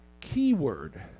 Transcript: keyword